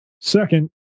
Second